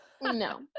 No